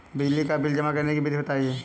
बिजली का बिल जमा करने की विधि बताइए?